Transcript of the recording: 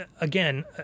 again